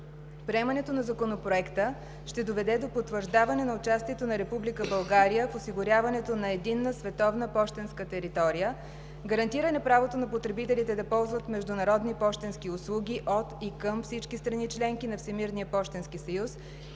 Приемането на Законопроекта ще доведе до потвърждаване на участието на Република България в осигуряването на единна световна пощенска територия, гарантиране правото на потребителите да ползват международни пощенски услуги от и към всички страни – членки на Всемирния пощенски съюз,